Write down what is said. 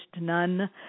none